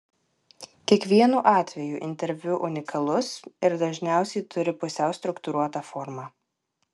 kiekvienu atveju interviu unikalus ir dažniausiai turi pusiau struktūruotą formą